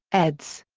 eds.